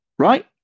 right